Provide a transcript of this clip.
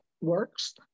works